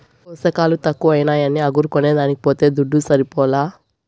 పోసకాలు తక్కువైనాయని అగరు కొనేదానికి పోతే దుడ్డు సరిపోలా